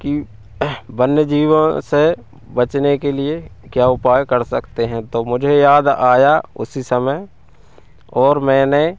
कि वन्य जीवों से बचने के लिए क्या उपाय कर सकते हैं तो मुझे याद आया उसी समय और मैंने